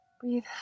Breathe